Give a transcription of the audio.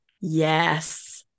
Yes